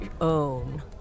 own